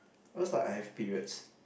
cause like I have periods